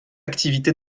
activité